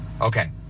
Okay